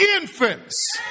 infants